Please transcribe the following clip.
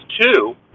two